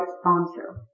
sponsor